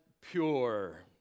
pure